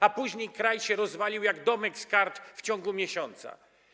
A później kraj się rozwalił jak domek z kart w ciągu miesiąca.